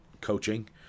coaching